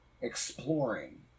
exploring